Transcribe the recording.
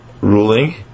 ruling